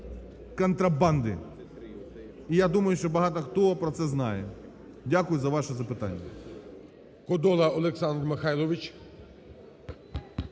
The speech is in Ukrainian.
контрабанди, і я думаю, що багато хто про це знає. Дякую за ваше запитання.